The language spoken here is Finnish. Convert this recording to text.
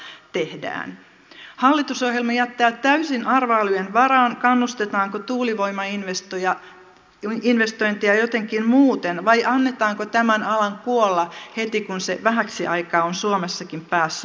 hallitusohjelma jättää täysin arvailujen varaan kannustetaanko tuulivoimainvestointeja jotenkin muuten vai annetaanko tämän alan kuolla heti kun se vähäksi aikaa on suomessakin päässyt vauhtiin